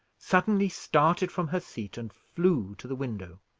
suddenly started from her seat and flew to the window.